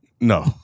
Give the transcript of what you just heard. No